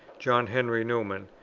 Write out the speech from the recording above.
john henry newman,